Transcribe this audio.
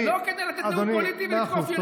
לא כדי לתת נאום פוליטי ולתקוף יריבים.